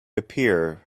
appear